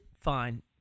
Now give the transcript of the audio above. Fine